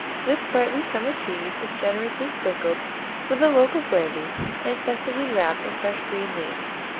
this sprightly summer cheese is generously sprinkled with the local brandy and festively wrapped in fresh green leaves.